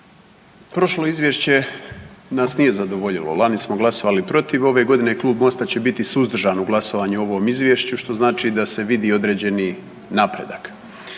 Prošlo izvješće nas nije zadovoljilo, lani smo glasovali protiv, ove godine klub Mosta će biti suzdržan u glasovanju o ovom izvješću što znači da se vidi određeni napredak.